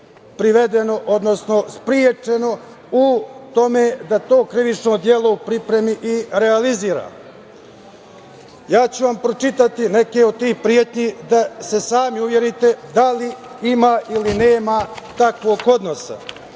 privedeno, odnosno sprečeno u tome da to krivično delo u pripremi i realizira. Ja ću vam pročitati neke od tih pretnji, da se sami uverite da li ima ili nema takvog odnosa.